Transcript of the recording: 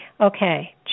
Okay